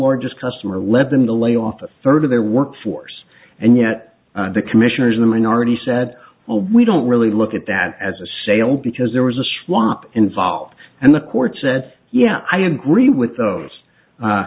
largest customer led them to lay off a third of their workforce and yet the commissioners in the minority said well we don't really look at that as a sale because there was a swap involved and the court said yeah i agree with those